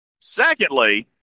Secondly